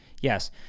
yes